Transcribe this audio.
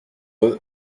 eux